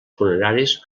funeraris